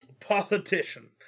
politician